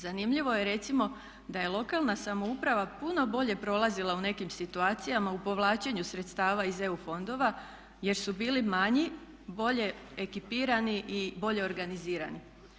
Zanimljivo je recimo da je lokalna samouprava puno bolje prolazila u nekim situacijama u povlačenju sredstava iz EU fondova jer su bili manji, bolje ekipirani i bolje organizirani.